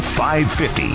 550